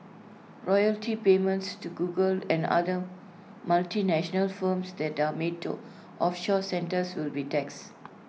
royalty payments to Google and other multinational firms that are made to offshore centres will be taxed